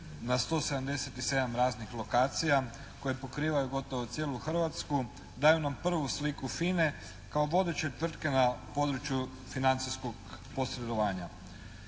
na 177 raznih lokacija koje pokrivaju gotovo cijelu Hrvatsku daju nam prvu sliku FINA-e kao vodeće tvrtke na području financijskog posredovanja.